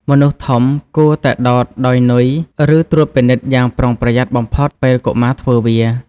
មនុស្សធំគួរតែដោតដោយ នុយ ឬ ត្រួតពិនិត្យយ៉ាងប្រុងប្រយ័ត្នបំផុតពេលកុមារធ្វើវា។